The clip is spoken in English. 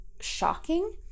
shocking